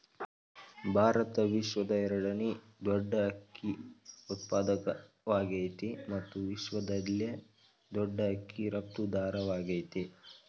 ಭಾರತ ವಿಶ್ವದ ಎರಡನೇ ದೊಡ್ ಅಕ್ಕಿ ಉತ್ಪಾದಕವಾಗಯ್ತೆ ಮತ್ತು ವಿಶ್ವದಲ್ಲೇ ದೊಡ್ ಅಕ್ಕಿ ರಫ್ತುದಾರವಾಗಯ್ತೆ